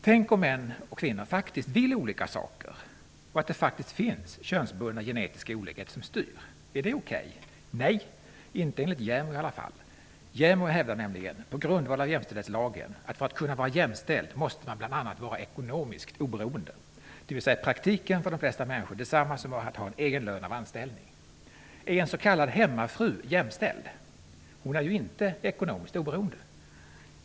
Tänk om män och kvinnor faktiskt vill olika saker, och att det faktiskt finns könsbundna genetiska olikheter som styr. Är det okej? Nej det är det inte, i alla fall inte enligt JämO. JämO hävdar nämligen på grundval av jämställdhetslagen, att för att kunna vara jämställd måste man bl.a. vara ekonomiskt oberoende, vilket i praktiken för de flesta människor är detsamma som att ha en egen lön av anställning. Är en s.k. hemmafru jämställd? Hon är ju inte ekonomiskt oberoende.